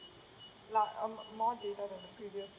large more data then the previous